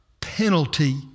penalty